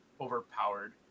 overpowered